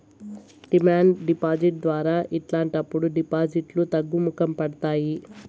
demand deposit ద్వారా ఇలాంటప్పుడు డిపాజిట్లు తగ్గుముఖం పడతాయి